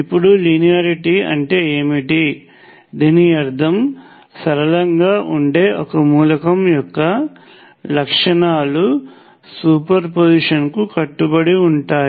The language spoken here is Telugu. ఇప్పుడు లీనియారిటీ అంటే ఏమిటి దీని అర్థం సరళంగా ఉండే ఒక మూలకం యొక్క లక్షణాలు సూపర్పొజిషన్కు కట్టుబడి ఉంటాయి